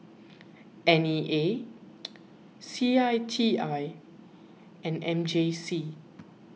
N E A C I T I and M J C